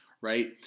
right